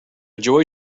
joy